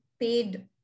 paid